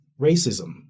racism